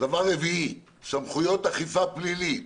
דבר רביעי, סמכויות אכיפה פלילית,